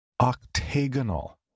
Octagonal